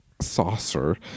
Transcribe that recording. Saucer